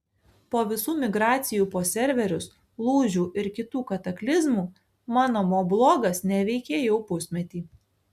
po visų migracijų po serverius lūžių ir kitų kataklizmų mano moblogas neveikė jau pusmetį